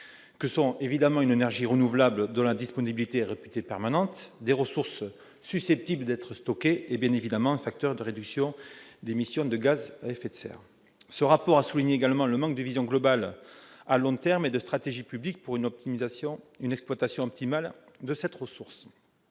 à celle-ci : une énergie renouvelable dont la disponibilité est réputée permanente ; des ressources susceptibles d'être stockées ; un facteur de réduction d'émissions de gaz à effet de serre Ce rapport a souligné également le manque de vision globale à long terme et de stratégie publique pour une exploitation optimale de cette ressource.